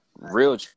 real